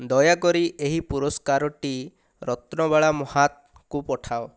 ଦୟାକରି ଏହି ପୁରସ୍କାରଟି ରତ୍ନବାଳା ମହାତଙ୍କୁ ପଠାଅ